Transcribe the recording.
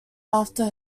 after